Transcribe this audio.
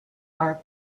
are